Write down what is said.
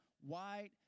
white